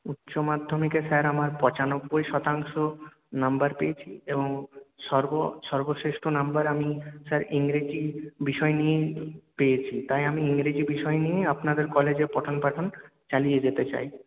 উচ্চমাধ্যমিকে স্যার আমার পঁচানব্বই শতাংশ নাম্বার পেয়েছি এবং সর্ব সর্বশ্রেষ্ঠ নাম্বার আমি স্যার ইংরেজি বিষয় নিয়েই পেয়েছি তাই আমি ইংরেজি বিষয় নিয়েই আপনাদের কলেজে পঠনপাঠন চালিয়ে যেতে চাই